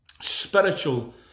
spiritual